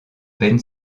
ben